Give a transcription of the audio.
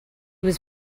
was